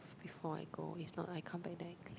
before I go if not I come back